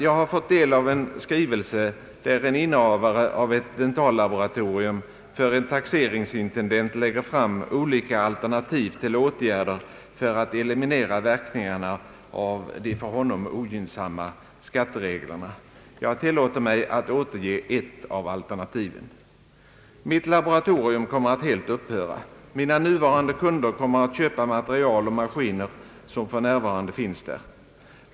Jag har fått del av en skrivelse där en innehavare av ett dentallaboratorium för en taxeringsintendent lägger fram olika alternativ till åtgärder för att eliminera verkningarna av de för honom ogynnsamma skattereglerna. Jag tillåter mig att återge ett av alternativen. Han skriver: »Mitt laboratorium kommer helt att upphöra. Mina nuvarande kunder kommer att köpa material och maskiner som för närvarande finns där.